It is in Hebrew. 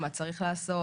מה צריך לעשות,